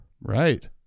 Right